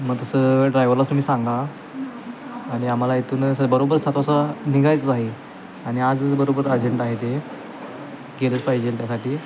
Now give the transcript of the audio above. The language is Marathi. मग तसं ड्रायव्हरला तुम्ही सांगा आणि आम्हाला इथूनच बरोब्बर सात असा निघायचं आहे आणि आजच बरोबर अर्जंट आहे ते केलेच पाहिजे त्यासाठी